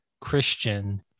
christian